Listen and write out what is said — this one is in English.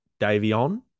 Davion